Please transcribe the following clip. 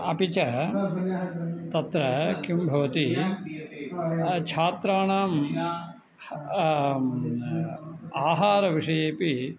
अपि च तत्र किं भवति छात्राणां आहारविषयेपि